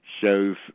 shows